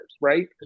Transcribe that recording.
right